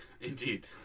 Indeed